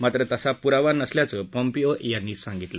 मात्र तसा पुरावा नसल्याचं पॉम्पियो यांनी सांगितलं